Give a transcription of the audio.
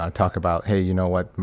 ah talk about, hey, you know what?